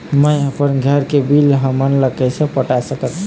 मैं अपन घर के बिल हमन ला कैसे पटाए सकत हो?